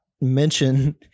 mention